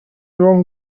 wrong